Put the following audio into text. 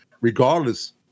regardless